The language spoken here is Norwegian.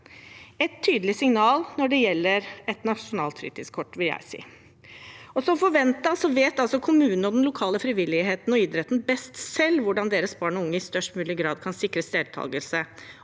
et tydelig signal når det gjelder et nasjonalt fritidskort, og som forventet vet kommunene og den lokale frivilligheten og idretten best selv hvordan deres barn og unge i størst mulig grad kan sikres deltakelse.